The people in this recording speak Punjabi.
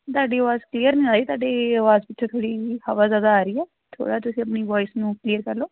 ਤੁਹਾਡੀ ਆਵਾਜ਼ ਕਲੀਅਰ ਨਹੀਂ ਆਈ ਤੁਹਾਡੀ ਆਵਾਜ਼ ਪਿੱਛੇ ਥੋੜ੍ਹੀ ਜਿਹੀ ਹਵਾ ਜ਼ਿਆਦਾ ਆ ਰਹੀ ਹੈ ਥੋੜ੍ਹਾ ਤੁਸੀਂ ਆਪਣੀ ਵੋਇਸ ਨੂੰ ਕਲੀਅਰ ਕਰ ਲਓ